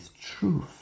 truth